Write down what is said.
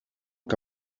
que